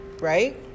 right